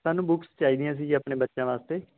ਸਾਨੂੰ ਬੁੱਕਸ ਚਾਹੀਦੀਆਂ ਸੀ ਜੀ ਆਪਣੇ ਬੱਚਿਆਂ ਵਾਸਤੇ